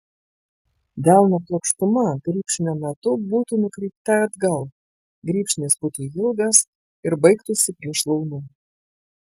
delno plokštuma grybšnio metu būtų nukreipta atgal grybšnis būtų ilgas ir baigtųsi prie šlaunų